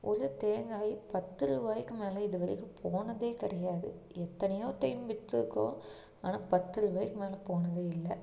ஒரு தேங்காய் பத்து ரூபாய்க்கு மேலே இதுவரைக்கும் போனதே கிடையாது எத்தனையோ டைம் விற்றிருக்கோம் ஆனால் பத்து ரூபாய்க்கு மேலே போனதே இல்லை